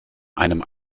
einem